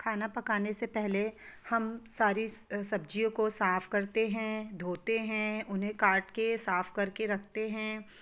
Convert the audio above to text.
खाना पकाने से पहले हम सारी सब्ज़ियों को साफ़ करते हैं धोते हैं उन्हें काटके साफ़ करके रखते हैं